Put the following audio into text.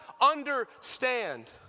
understand